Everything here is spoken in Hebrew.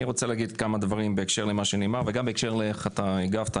אני רוצה להגיד כמה דברים בהקשר למה שנאמר וגם בהקשר לאיך שאתה הגבת.